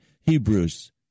Hebrews